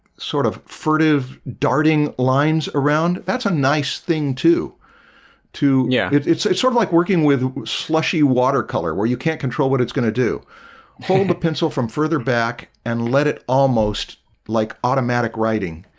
sort of furtive darting lines around that's a nice thing, too too yeah it's it's sort of like working with slushee watercolor where you can't control what its gonna do hold the pencil from further back and let it almost like automatic writing.